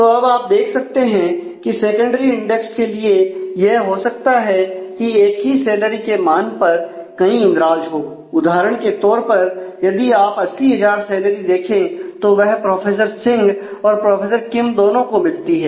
तो अब आप देख सकते हैं कि सेकेंडरी इंडेक्स के लिए यह हो सकता है की एक ही सैलरी के मान पर कई इंद्राज हो उदाहरण के तौर पर यदि आप 80 हजार सैलरी देखें तो वह प्रोफेसर सिंह और प्रोफेसर किम दोनों को मिलती है